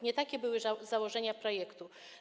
Nie takie były założenia projektu.